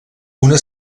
una